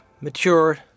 mature